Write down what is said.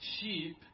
Sheep